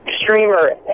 streamer